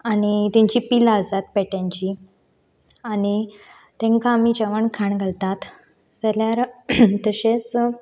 आनी तेचीं पिलां आसात पेट्यांची आनी तेंका आमी जेवण खाण घालतात जाल्यार तशेंच